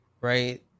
right